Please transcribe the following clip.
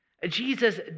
Jesus